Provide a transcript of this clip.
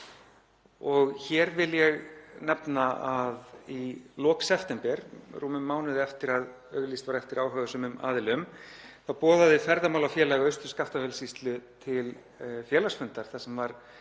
Hér vil ég nefna að í lok september, rúmum mánuði eftir að auglýst var eftir áhugasömum aðilum, boðaði Ferðamálafélag Austur-Skaftafellssýslu til félagsfundar þar sem kannaður